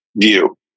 view